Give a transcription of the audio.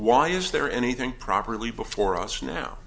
why is there anything properly before us now